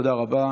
תודה רבה.